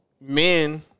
men